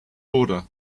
order